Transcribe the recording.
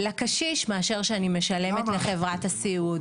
לקשיש מאשר שאנחנו משלמים לחברת הסיעוד.